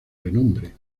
renombre